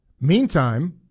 Meantime